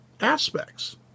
aspects